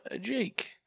Jake